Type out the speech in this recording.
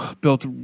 built